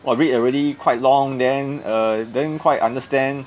!wah! read already quite long then err then quite understand